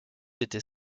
était